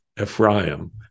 Ephraim